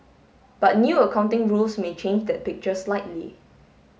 but new accounting rules may change that picture slightly